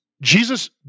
Jesus